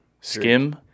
Skim